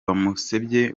bamusebye